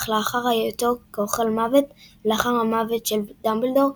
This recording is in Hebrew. אך לאחר היותו כאוכלי מוות ולאחר המוות של דמבלדור,